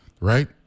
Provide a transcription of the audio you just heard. right